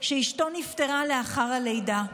שאשתו נפטרה לאחר הלידה.